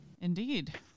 Indeed